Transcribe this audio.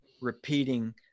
repeating